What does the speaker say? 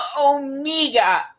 Omega